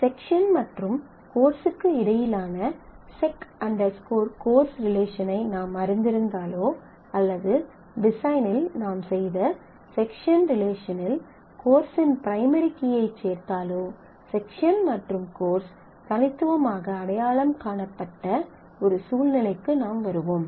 section மற்றும் கோர்ஸ்க்கு இடையிலான செக் கோர்ஸ் sec course ரிலேஷனை நாம் அறிந்திருந்தாலோ அல்லது டிசைனில் நாம் செய்த செக்ஷன் ரிலேஷனில் கோர்ஸ் இன் பிரைமரி கீயைச் சேர்த்தாலோ செக்ஷன் மற்றும் கோர்ஸ் தனித்துவமாக அடையாளம் காணப்பட்ட ஒரு சூழ்நிலைக்கு நாம் வருவோம்